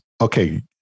okay